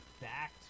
back